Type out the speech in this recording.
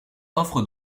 offre